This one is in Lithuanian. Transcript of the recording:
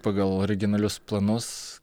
pagal originalius planus